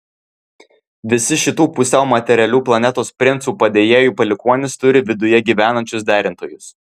visi šitų pusiau materialių planetos princų padėjėjų palikuonys turi viduje gyvenančius derintojus